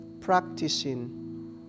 practicing